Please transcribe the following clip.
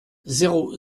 zéro